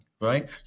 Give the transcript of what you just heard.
right